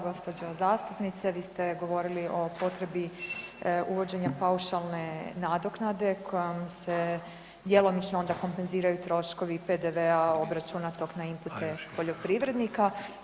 Gospođo zastupnice vi ste govorili o potrebi uvođenja paušalne nadoknade kojom se djelomično onda kompenziraju troškovi PDV-a obračunatog na inpute poljoprivrednika.